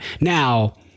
Now